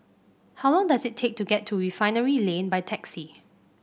how long does it take to get to Refinery Lane by taxi